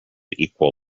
equal